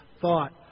thought